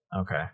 Okay